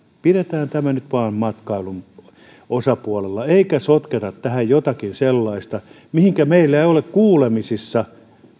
pidetään tämä nyt vain matkailun puolella eikä sotketa tähän jotakin sellaista mihinkä meillä ei ole kuulemisissa